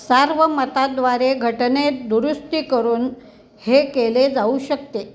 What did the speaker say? सार्वमताद्वारे घटनेत दुरुस्ती करून हे केले जाऊ शकते